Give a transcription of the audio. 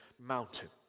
mountain